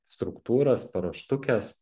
struktūras paruoštukes